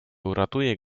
uratuje